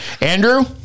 Andrew